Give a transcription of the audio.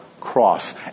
cross